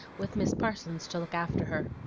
with miss parsons to look after her.